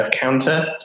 counter